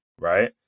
right